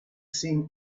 seen